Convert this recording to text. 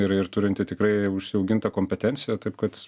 ir ir turinti tikrai užsiaugintą kompetenciją taip kad